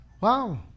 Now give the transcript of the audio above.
Wow